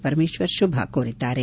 Parameshwar ಶುಭಕೋರಿದ್ದಾರೆ